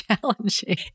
challenging